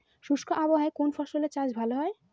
শুষ্ক আবহাওয়ায় কোন ফসলের চাষ ভালো হয়?